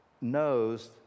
knows